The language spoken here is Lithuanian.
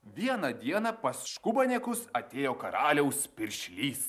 vieną dieną pas škubanėkus atėjo karaliaus piršlys